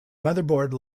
motherboard